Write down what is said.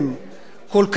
כל כך בוטה,